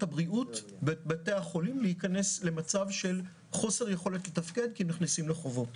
הבריאות ובתי החולים להיכנס למצב של חוסר יכולת לתפקד כי נכנסים לחובות.